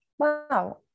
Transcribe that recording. Wow